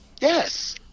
Yes